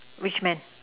which man